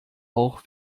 auch